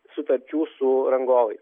sutarčių su rangovai